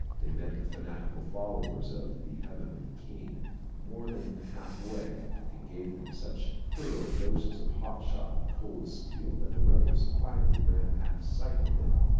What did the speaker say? they met the fanatical followers of the heavenly king more than half-way, and gave them such thorough doses of hot shot and cold steel, that the rebels finally ran at sight of them.